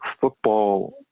football